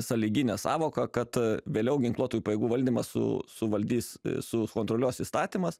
sąlyginė sąvoka kad vėliau ginkluotųjų pajėgų valdymą su suvaldys sukontroliuos įstatymas